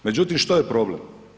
Međutim što je problem?